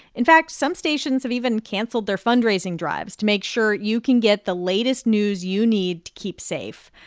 in fact, some stations have even canceled their fundraising drives to make sure you can get the latest news you need to keep safe.